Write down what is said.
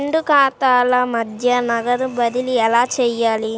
రెండు ఖాతాల మధ్య నగదు బదిలీ ఎలా చేయాలి?